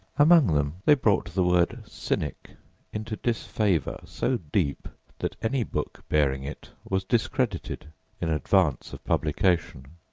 among them, they brought the word cynic into disfavor so deep that any book bearing it was discredited in advance of publication.